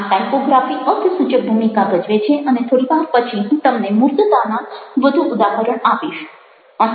આમ ટાઇપોગ્રાફી અર્થસૂચક ભૂમિકા ભજવે છે અને થોડી વાર પછી હું તમને મૂર્તાતાનું વધુ ઉદાહરણ આપીશ